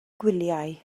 gwyliau